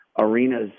arenas